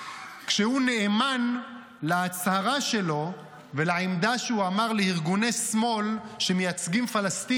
כשהוא נאמן להצהרה שלו ולעמדה שהוא אמר לארגוני שמאל שמייצגים פלסטינים,